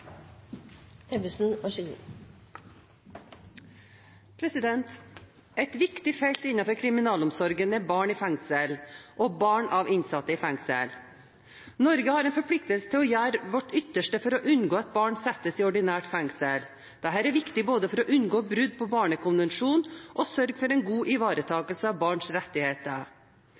barn av innsatte i fengsel. Norge har en forpliktelse til å gjøre sitt ytterste for å unngå at barn settes i ordinært fengsel. Dette er viktig både for å unngå brudd på Barnekonvensjonen og for å sørge for en god ivaretagelse av barns rettigheter.